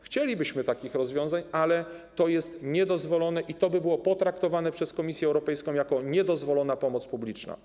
Chcielibyśmy takich rozwiązań, ale to jest niedozwolone i byłoby potraktowane przez Komisję Europejską jako niedozwolona pomoc publiczna.